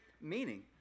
meaning